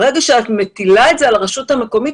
ברגע שאת מטילה את זה על הרשות המקומית,